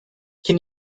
can